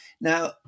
Now